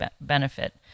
benefit